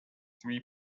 three